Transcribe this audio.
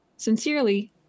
Sincerely